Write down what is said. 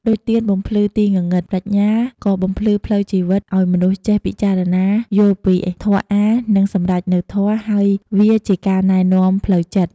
ដូចទៀនបំភ្លឺទីងងឹត បញ្ញាក៏បំភ្លឺផ្លូវជីវិតឲ្យមនុស្សចេះពិចារណា យល់ពីធម៌អាថ៌ និងសម្រេចនូវធម៌ ហើយវាជា ការណែនាំផ្លូវចិត្ត។